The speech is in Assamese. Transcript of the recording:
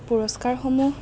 পুৰস্কাৰসমূহ